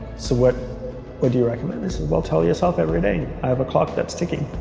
so what what do you recommend this is well tell yourself every day i have a clock that's ticking